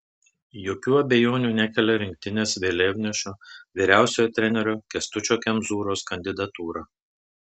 jokių abejonių nekelia rinktinės vėliavnešio vyriausiojo trenerio kęstučio kemzūros kandidatūra